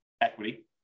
equity